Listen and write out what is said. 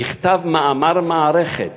נכתב מאמר מערכת